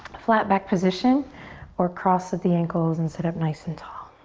flat back position or cross at the ankles and sit up nice and tall.